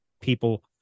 people